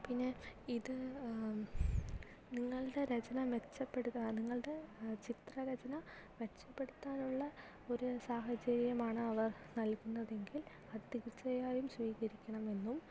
പിന്നെ ഇത് നിങ്ങളുടെ രചന മെച്ചപ്പെടുത്താൻ നിങ്ങളുടെ ചിത്രരചന മെച്ചപ്പെടുത്താനുള്ള ഒര് സാഹചര്യമാണ് അവർ നൽകുന്നതെങ്കിൽ അത് തീർച്ചയായും സ്വീകരിക്കണമെന്നും